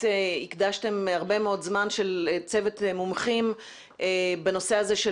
הקדשתם הרבה מאוד זמן של צוות מומחים בנושא הזה של